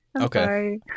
Okay